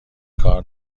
کار